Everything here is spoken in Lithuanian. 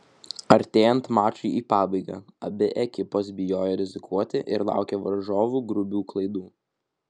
artėjant mačui į pabaigą abi ekipos bijojo rizikuoti ir laukė varžovų grubių klaidų